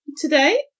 today